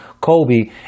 Kobe